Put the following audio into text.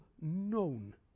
known